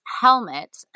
helmet